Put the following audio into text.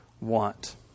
want